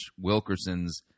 Wilkerson's